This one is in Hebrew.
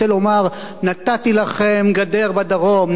רוצה לומר: נתתי לכם גדר בדרום,